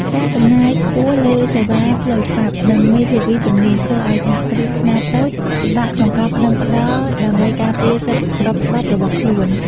ការចំណាយខ្ពស់លើសេវាផ្លូវច្បាប់ និងមេធាវីជំនាញ ធ្វើឱ្យសហគ្រាសខ្នាតតូចពិបាកក្នុងការប្ដឹងផ្ដល់ដើម្បីការពារសិទ្ធិស្របច្បាប់របស់ខ្លួន។